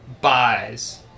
Buys